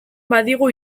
badigu